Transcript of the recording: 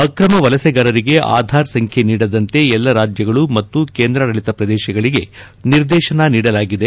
ಅಕ್ರಮ ವಲಸೆಗಾರರಿಗೆ ಆಧಾರ್ ಸಂಖ್ಯೆ ನೀಡದಂತೆ ಎಲ್ಲ ರಾಜ್ಯಗಳು ಮತ್ತು ಕೇಂದ್ರಾಡಳಿತ ಪ್ರದೇಶಗಳಿಗೆ ನಿರ್ದೇಶನ ನೀಡಲಾಗಿದೆ